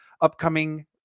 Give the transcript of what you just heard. upcoming